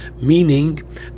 meaning